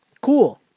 cool